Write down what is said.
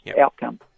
outcome